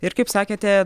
ir kaip sakėte